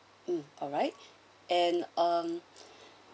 mm alright and um